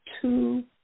two